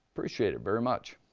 appreciate it very much.